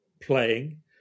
playing